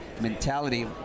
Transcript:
mentality